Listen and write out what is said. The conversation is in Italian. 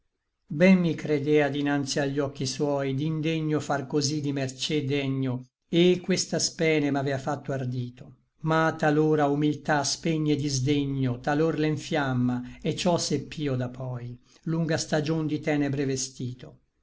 ben mi credea dinanzi agli occhi suoi d'indegno far cosí di mercé degno et questa spene m'avea fatto ardito ma talora humiltà spegne disdegno talor l'enfiamma et ciò sepp'io da poi lunga stagion di tenebre vestito